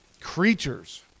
Creatures